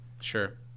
Sure